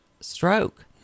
stroke